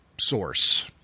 source